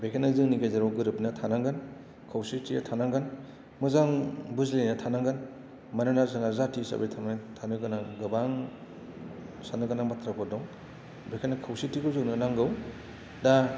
बेखायनो जोंनि गेजेराव गोरोबनाया थानांगोन खौसेथिया थानांगोन मोजां बुजिलायनाया थानांगोन मानोना जोंहा जाथि हिसाबै थांना थानो गोनां गोबां सान्नो गोनां बाथ्राफोर दं बेखायनो खौसेथिखौ जोंनो नांगौ दा